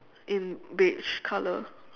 in beige colour